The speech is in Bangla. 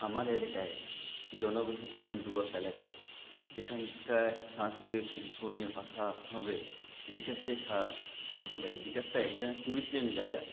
আমার এলাকায় জনবসতি এবং ডুয়ার্স এলাকা যেখানকা সংস্কৃতি ও শিল্প নিয়ে কথা হবে বিকাশে সাহায্য়কারী বিকাশ তো একজনের টুরিজমের জায়গা